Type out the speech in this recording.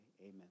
Amen